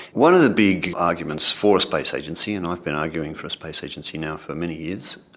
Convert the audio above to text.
one of the big arguments for a space agency, and i've been arguing for a space agency now for many years,